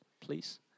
please